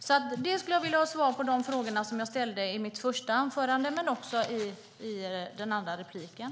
Jag skulle vilja ha svar på de frågor som jag ställde i mitt första anförande men också i den här repliken.